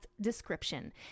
description